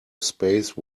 space